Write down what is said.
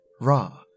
Ra